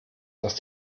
dass